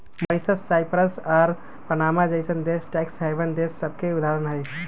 Mauritius, Cyprus आऽ Panama जइसन्न देश टैक्स हैवन देश सभके उदाहरण हइ